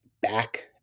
back